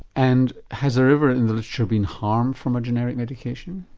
and has there ever in the literature been harm from a generic medication?